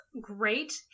great